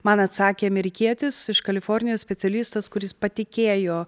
man atsakė amerikietis iš kalifornijos specialistas kuris patikėjo